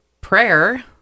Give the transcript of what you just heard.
prayer